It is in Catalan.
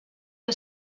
que